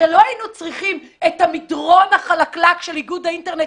הרי לא היינו צריכים את המדרון החלקלק של איגוד האינטרנט